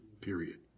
period